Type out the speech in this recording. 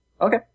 Okay